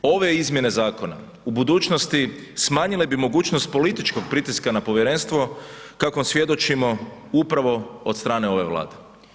Ove izmjene zakona u budućnosti smanjile bi mogućnost političkog pritiska na povjerenstvo kakvom svjedočimo upravo od strane ove Vlade.